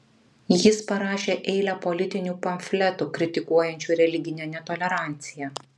jis parašė eilę politinių pamfletų kritikuojančių religinę netoleranciją